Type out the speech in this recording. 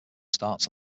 starts